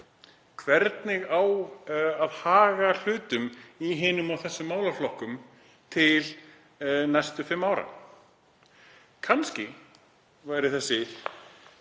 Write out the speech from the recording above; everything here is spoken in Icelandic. hvernig eigi að haga hlutum í hinum og þessum málaflokkum til næstu fimm ára. Kannski er þessi